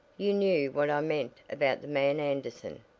you knew what i meant about the man anderson,